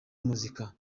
muzika